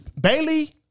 Bailey